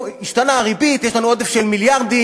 השתנתה הריבית, יש לנו עודף של מיליארדים.